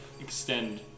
extend